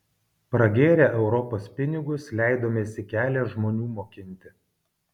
pragėrę europos pinigus leidomės į kelią žmonių mokinti